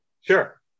Sure